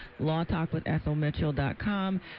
LawTalkWithEthelMitchell.com